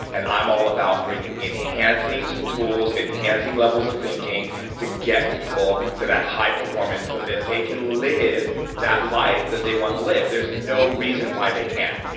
and i'm all about bring enhancing so tools enhancing levels of thinking to get people to that high performance so that they can live that life that they want to live. there's no reason why they can't.